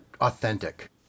authentic